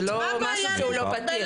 זה לא משהו שהוא לא פתיר,